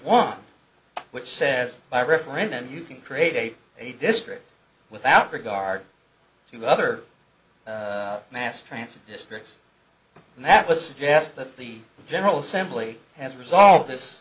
one which says by referendum you can create a district without regard to other mass transit districts and that would suggest that the general assembly has resolved this